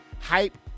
hype